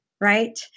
Right